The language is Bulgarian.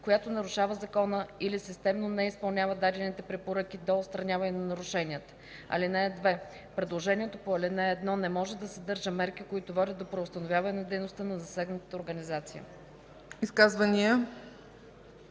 която нарушава закона или системно не изпълнява дадените препоръки, до отстраняване на нарушенията. (2) Предложението по ал. 1 не може да съдържа мерки, които водят до преустановяване на дейността на засегнатата организация.”